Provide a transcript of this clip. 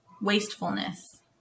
wastefulness